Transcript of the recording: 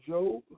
Job